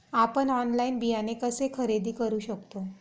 आपण ऑनलाइन बियाणे कसे खरेदी करू शकतो?